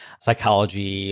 psychology